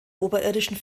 oberirdischen